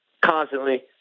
constantly